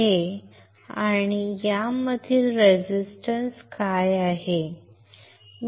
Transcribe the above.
हे आणि यामधील रेझिस्टन्स काय आहे